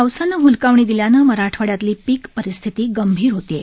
पावसानं हलकावणी दिल्यानं मराठवाड्यातली पीक परिस्थिती गंभीर होत आहे